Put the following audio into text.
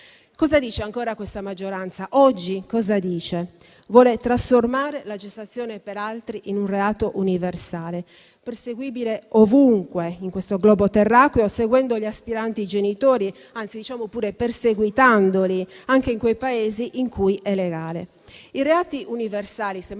Cosa dice ancora questa maggioranza? Cosa dice oggi? Vuole trasformare la gestazione per altri in un reato universale, perseguibile ovunque in questo globo terracqueo, seguendo gli aspiranti genitori, anzi, diciamo perseguitandoli anche nei Paesi in cui è legale. I reati universali - semmai